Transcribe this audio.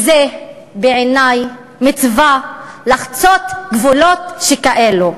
ובעיני זו מצווה לחצות גבולות שכאלו.